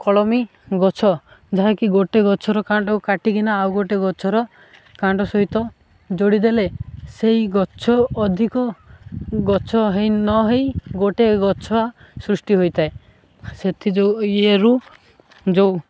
କଲମୀ ଗଛ ଯାହାକି ଗୋଟେ ଗଛର କାଣ୍ଡ କାଟିକିନା ଆଉ ଗୋଟେ ଗଛର କାଣ୍ଡ ସହିତ ଯୋଡ଼ିଦେଲେ ସେଇ ଗଛ ଅଧିକ ଗଛ ନ ହେଇ ଗୋଟେ ଗଛ ସୃଷ୍ଟି ହୋଇଥାଏ ସେଥି ଯେଉଁ ଇଏରୁ ଯେଉଁ